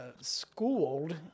schooled